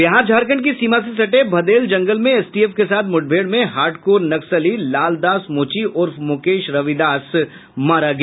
बिहार झारखण्ड की सीमा से सटे भदेल जंगल में एसटीएफ के साथ मुठभेड़ में हार्डकोर नक्सली लाल दास मोची उर्फ मुकेश रविदास मारा गया